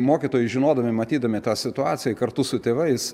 mokytojai žinodami matydami tą situaciją kartu su tėvais